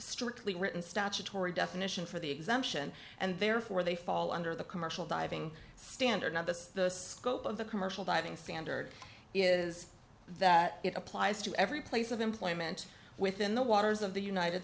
written statutory definition for the exemption and therefore they fall under the commercial diving standard now that's the scope of the commercial diving standard is that it applies to every place of employment within the waters of the united